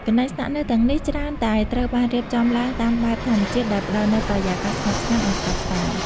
កន្លែងស្នាក់នៅទាំងនេះច្រើនតែត្រូវបានរៀបចំឡើងតាមបែប ធម្មជាតិ ដែលផ្តល់នូវបរិយាកាសស្ងប់ស្ងាត់ និងស្រស់ស្រាយ។